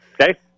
Okay